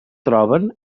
troben